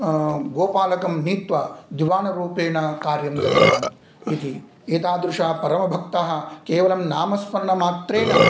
गोपालकं नीत्वा दिवानरूपेण कार्यं दत्तवान् इति एतादृशापरमभक्तः केवलं नामस्मरणमात्रेण